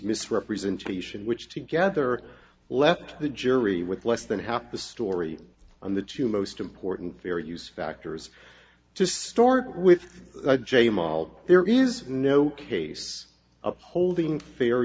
misrepresentation which together left the jury with less than half the story on the two most important very use factors to start with j model there is no case upholding fair